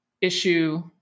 issue